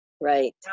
Right